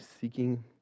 seeking